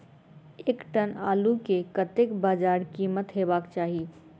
एक टन आलु केँ कतेक बजार कीमत हेबाक चाहि?